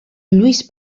lluís